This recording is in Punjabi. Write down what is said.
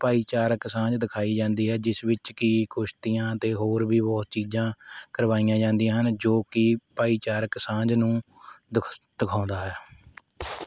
ਭਾਈਚਾਰਕ ਸਾਂਝ ਦਿਖਾਈ ਜਾਂਦੀ ਹੈ ਜਿਸ ਵਿੱਚ ਕਿ ਕੁਸ਼ਤੀਆਂ ਅਤੇ ਹੋਰ ਵੀ ਬਹੁਤ ਚੀਜ਼ਾਂ ਕਰਵਾਈਆਂ ਜਾਂਦੀਆਂ ਹਨ ਜੋ ਕਿ ਭਾਈਚਾਰਕ ਸਾਂਝ ਨੂੰ ਦਖਸ ਦਿਖਾਉਂਦਾ ਹੈ